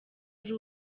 ari